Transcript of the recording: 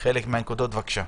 חלק מהנקודות, בבקשה.